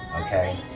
Okay